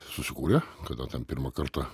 susikūrė kada ten pirmą kartą